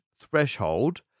threshold